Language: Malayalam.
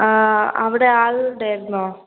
ആ അവിടെ ആളുണ്ടയിരുന്നോ